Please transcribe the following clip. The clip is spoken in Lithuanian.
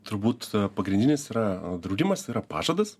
turbūt pagrindinis yra draudimas yra pažadas